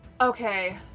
Okay